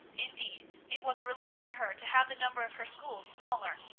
indeed it was a relief to her to have the number of her school smaller,